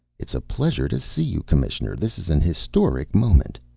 it's a pleasure to see you, commissioner. this is an historic moment.